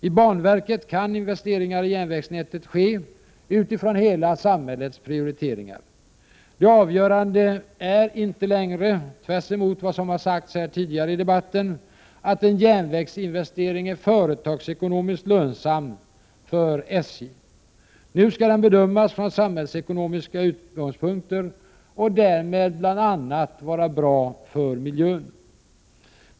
I banverket kan investeringar i järnvägsnätet ske utifrån hela samhällets prioriteringar. Det avgörande är inte längre, tvärtemot vad som har sagts här tidigare i debatten, att en järnvägsinvestering är företagsekonomiskt lönsam för SJ. Nu skall den bedömas från samhällsekonomiska utgångspunkter — och därmed bl.a. vara bra för miljön.